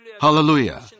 Hallelujah